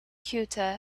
ceuta